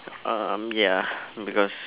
um ya because